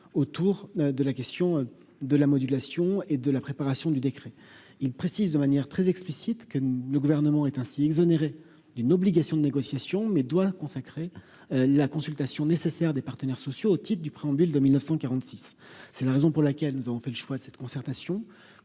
autour de la question de la modulation et de la préparation du décret, il précise, de manière très explicite, que le gouvernement est ainsi exonérés d'une obligation de négociation mais doit consacrer la consultation nécessaire des partenaires sociaux otite du préambule de 1946 c'est la raison pour laquelle nous avons fait le choix de cette concertation